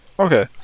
Okay